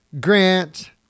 grant